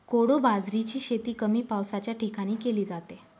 कोडो बाजरीची शेती कमी पावसाच्या ठिकाणी केली जाते